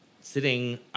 sitting